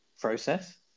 process